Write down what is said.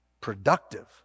Productive